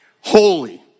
holy